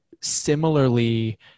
similarly